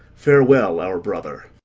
farewell, our brother.